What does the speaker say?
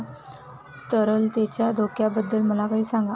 तरलतेच्या धोक्याबद्दल मला काही सांगा